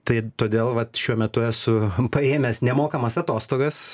tai todėl vat šiuo metu esu paėmęs nemokamas atostogas